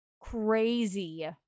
crazy